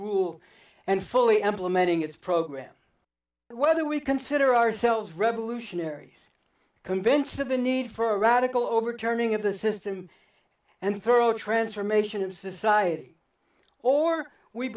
rule and fully implementing its program whether we consider ourselves revolutionaries convinced of a need for a radical overturning of the system and thorough transformation of society or we